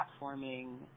platforming